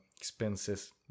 expenses